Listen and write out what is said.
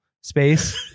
space